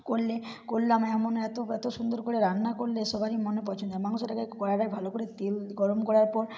করলে করলে আমায় এমন এত এত সুন্দর করে রান্না করলে সবাই মানে পছন্দ হয় মাংসটাকে কড়ার গায়ে ভালো করে তেল গরম করার পর